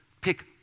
pick